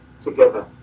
together